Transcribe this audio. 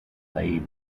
lay